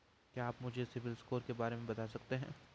क्या आप मुझे सिबिल स्कोर के बारे में बता सकते हैं?